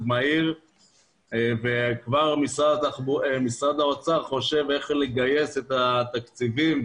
מהיר וכבר משרד האוצר חושב איך לגייס את התקציבים,